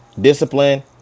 discipline